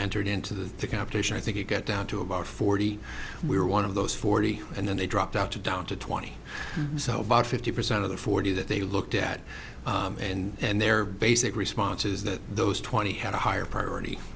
entered into the competition i think it got down to about forty we were one of those forty and then they dropped out to down to twenty so about fifty percent of the forty that they looked at and their basic response is that those twenty had a higher priority